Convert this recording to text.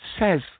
says